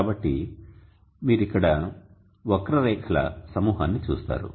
కాబట్టి మీరు ఇక్కడ వక్రరేఖల సమూహాన్ని చూస్తారు